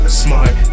smart